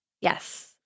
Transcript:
Yes